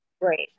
Right